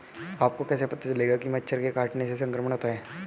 आपको कैसे पता चलेगा कि मच्छर के काटने से संक्रमण होता है?